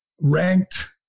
ranked